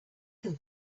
can